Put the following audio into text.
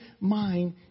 mind